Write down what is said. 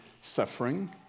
suffering